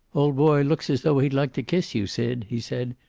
old boy looks as though he'd like to kiss you, sid, he said.